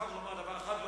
אני מוכרח לומר דבר אחד,